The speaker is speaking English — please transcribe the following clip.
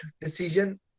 decision